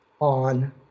on